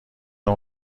اون